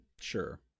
Sure